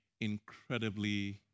incredibly